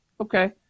okay